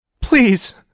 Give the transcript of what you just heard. Please